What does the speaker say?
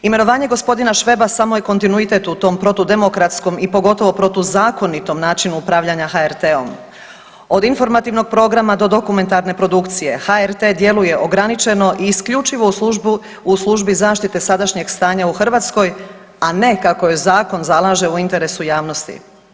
Imenovanje gospodina Šveba samo je kontinuitet u tom protu demokratskom i pogotovo protuzakonitom načinu upravljanja HRT-om od informativnog programa do dokumentarne produkcije HRT djeluje ograničeno i isključivo u službi zaštite sadašnjeg stanja u Hrvatskoj, a ne kako je zakon zalaže u interesu javnosti.